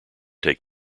take